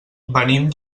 venim